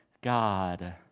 God